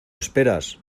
esperas